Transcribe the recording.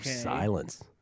silence